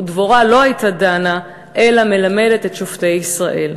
ודבורה לא הייתה דנה אלא מלמדת שופטי ישראל.